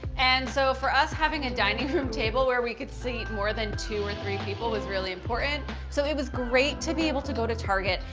and so for us having a dining room table where we could seat more than two to three people was really important. so it was great to be able to go to target,